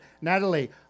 Natalie